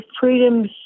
Freedom's